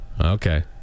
Okay